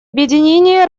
объединения